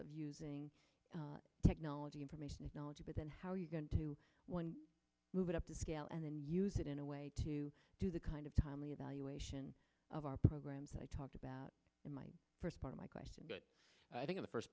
of using technology information technology but then how you going to move it up the scale and then use it in a way to do the kind of timely evaluation of our programs i talked about in my first part of my question but i think the first